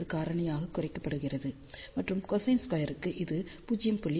81 காரணி குறைக்கப்படுகிறது மற்றும் கொசைன் ஸ்கொயருக்கு இது 0